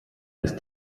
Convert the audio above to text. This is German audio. ist